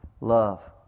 Love